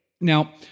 Now